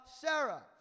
Sarah